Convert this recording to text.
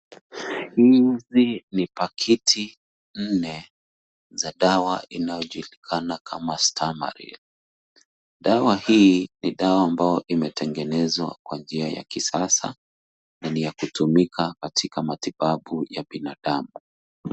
Hizi ni pakiti nne za dawa inayojulikana kama Stamaril. Dawa hii, ni dawa ambayo imetengenezwa kwa njia ya kisasa na ni ya kutumika katika matibabu ya binadamu.